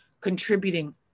contributing